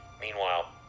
Meanwhile